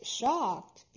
shocked